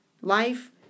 life